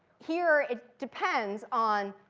here, it depends on,